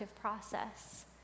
process